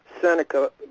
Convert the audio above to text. Seneca